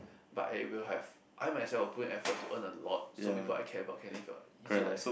but I will have I myself will put effort to earn a lot so people I care about can live a easy life